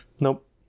Nope